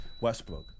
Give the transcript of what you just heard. Westbrook